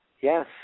Yes